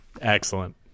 excellent